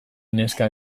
neska